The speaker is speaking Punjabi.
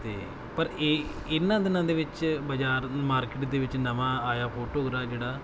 ਅਤੇ ਪਰ ਇਹ ਇਹਨਾਂ ਦਿਨਾਂ ਦੇ ਵਿੱਚ ਬਜ਼ਾਰ ਮਾਰਕੀਟ ਦੇ ਵਿੱਚ ਨਵਾਂ ਆਇਆ ਫੋਟੋਗਰਾ ਜਿਹੜਾ